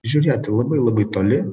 žiūrėti labai labai toli